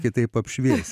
kitaip apšvies